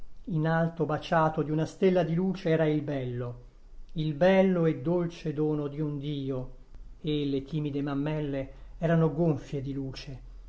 in alto baciato di una stella di luce era il bello il bello e dolce dono di un dio e le timide mammelle erano gonfie di luce